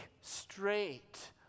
straight